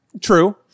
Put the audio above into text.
True